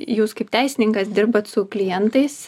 jūs kaip teisininkas dirbat su klientais